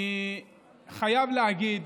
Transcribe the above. אני חייב להגיד